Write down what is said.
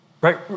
Right